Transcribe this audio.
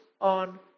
on